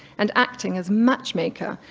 and acting as matchmaker,